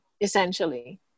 essentially